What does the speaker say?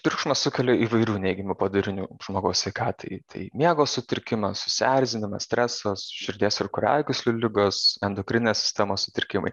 triukšmas sukelia įvairių neigiamų padarinių žmogaus sveikatai tai miego sutrikimas susierzinimas stresas širdies ir kraujagyslių ligos endokrininės sistemos sutrikimai